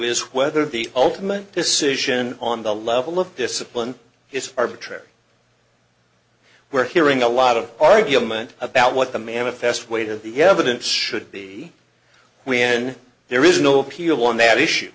is whether the ultimate decision on the level of discipline is arbitrary we're hearing a lot of argument about what the manifest weight of the evidence should be when there is no appeal on that issue